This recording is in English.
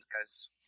guys